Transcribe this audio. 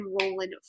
rolling